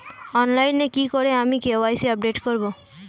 অনলাইনে কি করে আমি কে.ওয়াই.সি আপডেট করব?